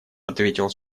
ответил